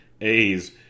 A's